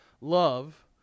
love